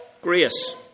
Grace